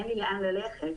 אין לי לאן ללכת.